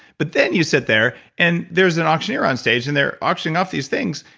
but then you sit there and there's an auctioneer on stage, and they're auctioning off these things,